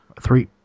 Three